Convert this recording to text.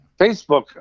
Facebook